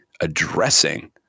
addressing